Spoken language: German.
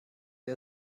der